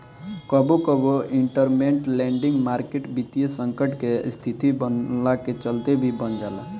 कबो कबो इंटरमेंट लैंडिंग मार्केट वित्तीय संकट के स्थिति बनला के चलते भी बन जाला